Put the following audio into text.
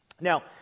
Now